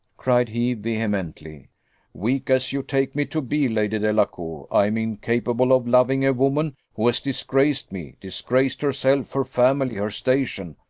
cried he, vehemently weak as you take me to be, lady delacour, i am incapable of loving a woman who has disgraced me, disgraced herself, her family, her station,